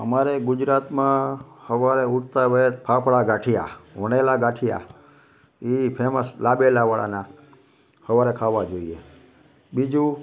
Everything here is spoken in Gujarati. અમારે ગુજરાતમાં સવારે ઉઠતાં વેંત ફાફડા ગાંઠિયા વણેલાં ગાંઠિયા એ ફેમસ લાબેલાવાળાના સવારે ખાવા જોઈએ બીજું